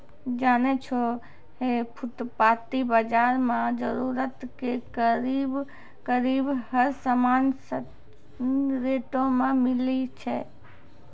जानै छौ है फुटपाती बाजार मॅ जरूरत के करीब करीब हर सामान सही रेटो मॅ मिलै छै